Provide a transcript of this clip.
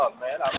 man